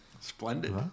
Splendid